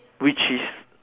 which is